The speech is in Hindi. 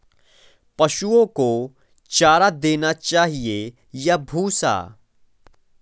पशुओं को चारा देना चाहिए या भूसा?